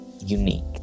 unique